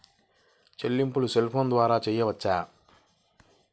చెల్లింపులు cell phone ద్వారా చేయవచ్చా?